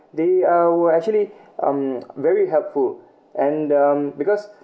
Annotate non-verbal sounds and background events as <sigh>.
they uh were actually <breath> um very helpful and um because